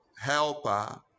helper